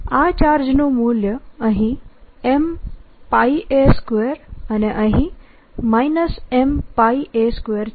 આ ચાર્જનું મૂલ્ય અહીં Ma2 અને અહીં Ma2 છે